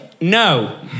no